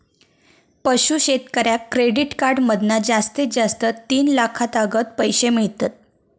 पशू शेतकऱ्याक credit card मधना जास्तीत जास्त तीन लाखातागत पैशे मिळतत